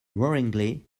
worryingly